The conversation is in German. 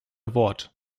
wort